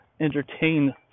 entertain